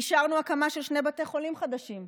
אישרנו הקמה של שני בתי חולים חדשים,